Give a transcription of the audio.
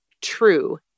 true